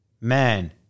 Man